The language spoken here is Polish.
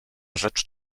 rzecz